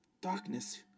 darkness